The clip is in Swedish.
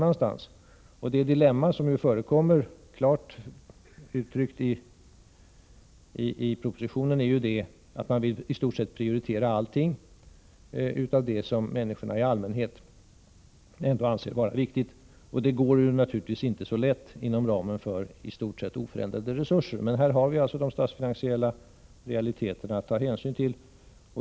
Ett dilemma, klart uttryckt i propositionen, är ju att man i stort sett vill prioritera allting av det som människorna i allmänhet anser vara viktigt. Det går naturligtvis inte så lätt inom ramen för nära nog oförändrade resurser. Men här har vi alltså de statsfinansiella realiteterna att ta hänsyn till.